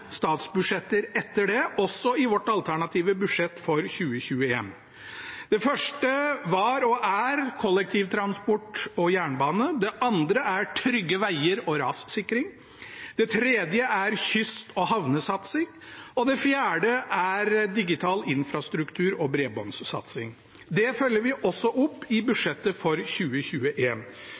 statsbudsjetter etter det, også i vårt alternative budsjett for 2021. Det første var og er kollektivtransport og jernbane. Det andre er trygge veger og rassikring. Det tredje er kyst- og havnesatsing. Og det fjerde er digital infrastruktur og bredbåndsatsing. Det følger vi også opp i budsjettet for